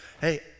hey